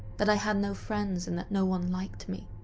that i had no friends and that no one liked me.